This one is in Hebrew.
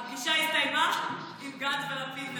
הפגישה עם גנץ ולפיד הסתיימה?